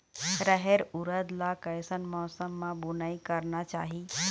रहेर उरद ला कैसन मौसम मा बुनई करना चाही?